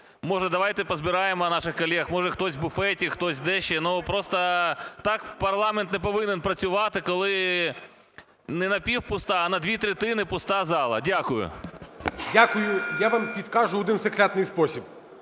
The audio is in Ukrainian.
може давайте позбираємо наших колег, може хтось в буфеті, хтось ще де. Просто так парламент не повинен працювати, коли не напівпуста, а на дві третини пуста зала. Дякую. ГОЛОВУЮЧИЙ. Дякую. Я вам підкажу один секретний спосіб.